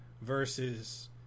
versus